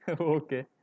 Okay